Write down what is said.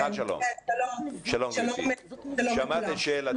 --- שלום גברתי, שמעת את שאלתי?